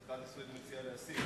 חנא סוייד מציע להסיר?